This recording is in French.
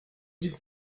dix